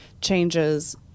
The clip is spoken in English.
changes